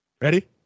ready